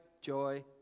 joy